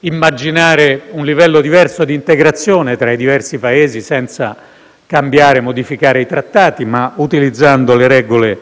immaginare un livello diverso di integrazione tra i diversi Paesi senza cambiare e modificare i Trattati e utilizzando le regole